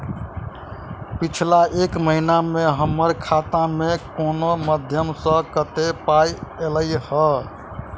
पिछला एक महीना मे हम्मर खाता मे कुन मध्यमे सऽ कत्तेक पाई ऐलई ह?